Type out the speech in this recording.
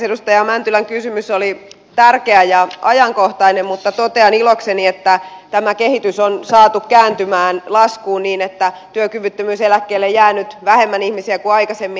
edustaja mäntylän kysymys oli tärkeä ja ajankohtainen mutta totean ilokseni että tämä kehitys on saatu kääntymään laskuun niin että työkyvyttömyyseläkkeelle jää nyt vähemmän ihmisiä kuin aikaisemmin